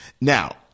now